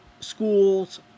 schools